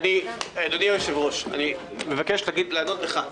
אדוני היושב-ראש, אני מבקש לענות לך.